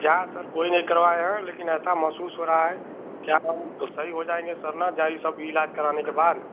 जाँ सर कोई नहीं करवाए हैं लेकिन ऐसा महसूस हो रहा है क्या हम वह सही हो जाएँगे सर ना जा यह सब इलाज कराने के बाद